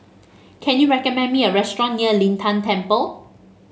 can you recommend me a restaurant near Lin Tan Temple